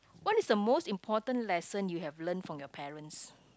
what is the most important lesson you have learnt from your parents